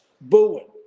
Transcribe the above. Booing